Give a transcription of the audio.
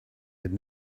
had